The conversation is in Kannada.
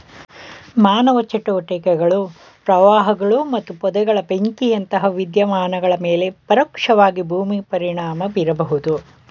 ಮಾನವ ಚಟುವಟಿಕೆಗಳು ಪ್ರವಾಹಗಳು ಮತ್ತು ಪೊದೆಗಳ ಬೆಂಕಿಯಂತಹ ವಿದ್ಯಮಾನಗಳ ಮೇಲೆ ಪರೋಕ್ಷವಾಗಿ ಭೂಮಿ ಪರಿಣಾಮ ಬೀರಬಹುದು